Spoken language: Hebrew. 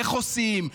איך עושים,